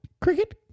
cricket